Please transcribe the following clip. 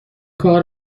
کار